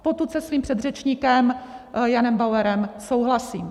Potud se svým předřečníkem Janem Bauerem souhlasím.